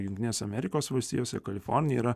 jungtinės amerikos valstijose kalifornija yra